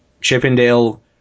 Chippendale